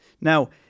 Now